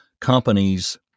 companies